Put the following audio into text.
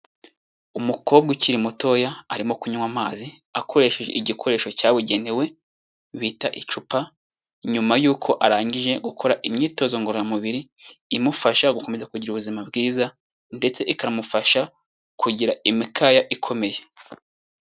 Umukobwa ukiri mutoya arimo kunywa amazi, akoresheje igikoresho cyabugenewe bita icupa, nyuma y'uko arangije gukora imyitozo ngororamubiri imufasha gukomeza kugira ubuzima bwiza ndetse ikanamufasha kugira imikaya ikomeye.